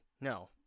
No